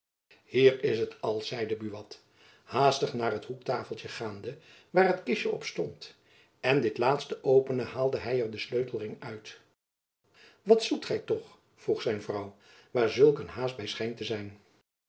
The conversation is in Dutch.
hier is het al zeide buat haastig naar het hoektafeltjen gaande waar het kistjen op stond en dit laatste openende haalde hy er den sleutelring uit wat zoekt gy toch vroeg zijn vrouw waar zulk een haast by schijnt te zijn